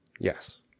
Yes